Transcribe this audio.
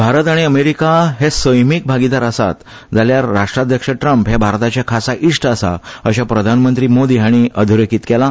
भारत आनी अमेरीके हे समविचारी भागिदार आसा जाल्यार राष्ट्रध्यक्ष ट्रम्प हे भारताचे खासा इश्ट आसा अर्शे प्रधानमंत्री मोदी हाणी अधोरेखीत केले